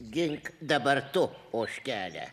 gink dabar tu ožkelę